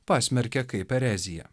pasmerkė kaip erezija